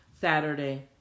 Saturday